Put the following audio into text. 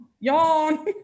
Yawn